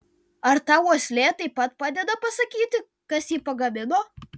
ar tau uoslė taip pat padeda pasakyti kas jį pagamino